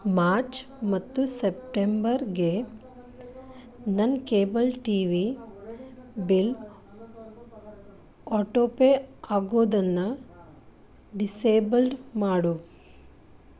March ಮತ್ತು ಸೆಪ್ಟೆಂಬರಿಗೆ ನನ್ನ cable T V bill auto pay ಆಗೋದನ್ನು ಡಿಸೇಬಲ್ಡ್ ಮಾಡು